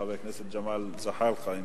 וחבר הכנסת ג'מאל זחאלקה,